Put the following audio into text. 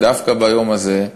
ודווקא ביום הזה,